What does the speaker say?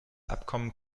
abkommen